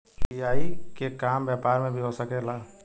UPI के काम व्यापार में भी हो सके ला?